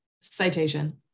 citation